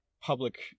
public